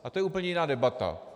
A to je úplně jiná debata.